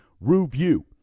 review